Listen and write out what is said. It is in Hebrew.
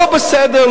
לא בסדר,